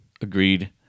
Agreed